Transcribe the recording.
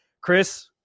Chris